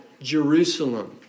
Jerusalem